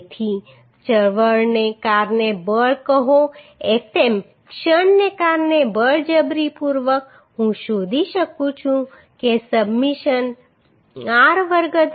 તેથી ચળવળને કારણે બળ કહો Fm ક્ષણને કારણે બળજબરીપૂર્વક હું શોધી શકું છું કે સબમિશન r વર્ગ દ્વારા M r બરાબર છે